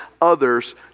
others